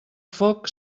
foc